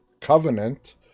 Covenant